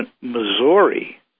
Missouri